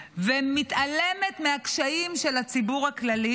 ומתעלמת מהקשיים של הציבור הכללי,